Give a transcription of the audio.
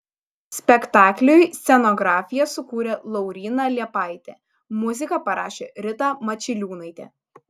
spektakliui scenografiją sukūrė lauryna liepaitė muziką parašė rita mačiliūnaitė